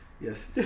Yes